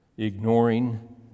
Ignoring